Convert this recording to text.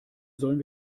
sollen